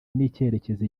n’icyerekezo